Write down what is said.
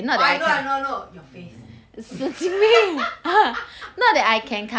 oh I know I know I know your face